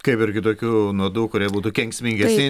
kaip ir kitokių nuodų kurie būtų kenksmingesni